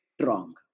wrong